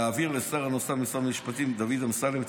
להעביר לשר הנוסף במשרד המשפטים דוד אמסלם את